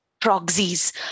proxies